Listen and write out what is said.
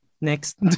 next